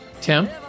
Tim